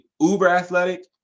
uber-athletic